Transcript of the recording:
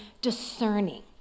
discerning